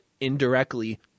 indirectly